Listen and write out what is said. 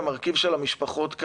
המרכיב של המשפחות,